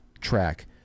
track